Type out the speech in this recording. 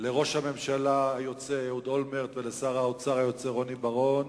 לראש הממשלה היוצא אהוד אולמרט ולשר האוצר היוצא רוני בר-און,